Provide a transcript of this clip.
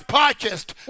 purchased